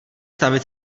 stavit